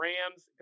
Rams